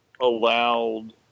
allowed